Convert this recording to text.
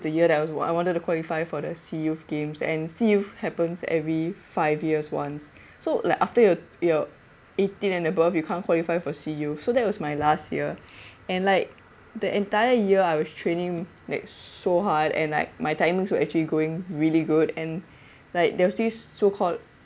the year that was I wanted to qualify for the SEA youth games and SEA youth happens every five years once so like after you're you eighteen and above you can't qualify for SEA youth so that was my last year and like the entire year I was training like so hard and like my times were actually going really good and like there was this so called